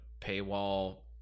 paywall